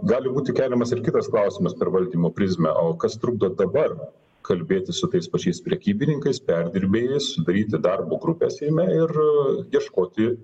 gali būti keliamas ir kitas klausimas per valdymo prizmę o kas trukdo dabar kalbėti su tais pačiais prekybininkais perdirbėjais sudaryti darbo grupę seime ir ieškoti